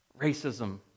Racism